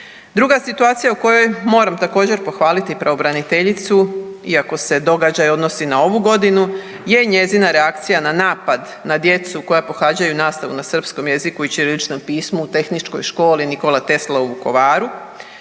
Druga situacija u kojoj moram također, pohvaliti pravobraniteljicu iako se događaj odnosi na ovu godinu je njezina reakcija na napad na djecu koja pohađaju nastavu na srpskom jeziku i ćiriličnom pismu u Tehničkoj školi Nikola Tesla u Vukovaru